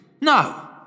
No